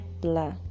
blah